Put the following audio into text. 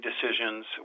decisions